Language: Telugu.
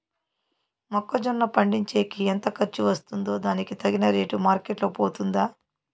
మొక్క జొన్న పండించేకి ఎంత ఖర్చు వస్తుందో దానికి తగిన రేటు మార్కెట్ లో పోతుందా?